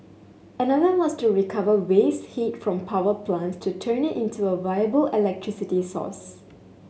another was to recover waste heat from power plants to turn it into a viable electricity source